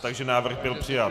Takže návrh byl přijat.